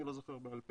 אני לא זוכר בעל פה,